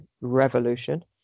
Revolution